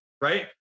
right